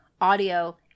audio